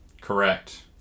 Correct